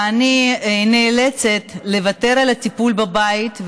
ואני נאלצת לוותר על הטיפול בבית,